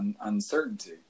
uncertainty